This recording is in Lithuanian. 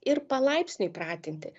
ir palaipsniui pratinti